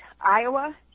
Iowa